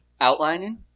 Outlining